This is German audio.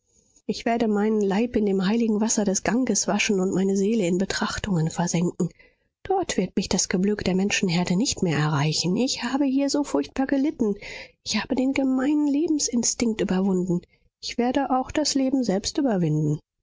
ich werde meinen leib in dem heiligen wasser des ganges waschen und meine seele in betrachtungen versenken dort wird mich das geblök der menschenherde nicht mehr erreichen ich habe hier so furchtbar gelitten ich habe den gemeinen lebensinstinkt überwunden ich werde auch das leben selbst überwinden